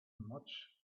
much